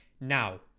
Now